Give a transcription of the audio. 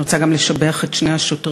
אני גם רוצה לשבח את שני השוטרים.